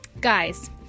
Guys